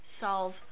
solve